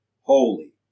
holy